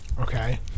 Okay